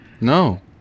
no